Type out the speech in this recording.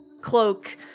cloak